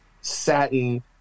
satin